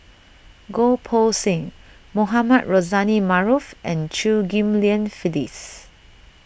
Goh Poh Seng Mohamed Rozani Maarof and Chew Ghim Lian Phyllis